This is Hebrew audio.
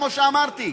כמו שאמרתי,